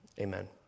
Amen